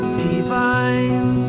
divine